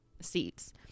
seats